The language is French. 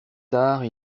tard